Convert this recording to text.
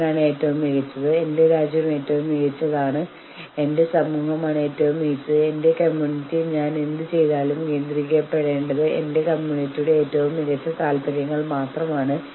നല്ല വിശ്വാസത്തോടെയുള്ള വിലപേശൽ അർത്ഥമാക്കുന്നത് അഭിപ്രായവ്യത്യാസങ്ങൾ ഉണ്ടാകുമ്പോൾ പോലും മറുകക്ഷിയോട് ന്യായമായ രീതിയിൽ പെരുമാറുക എന്നതാണ്